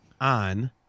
on